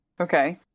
Okay